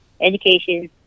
Education